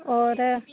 होर